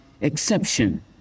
exception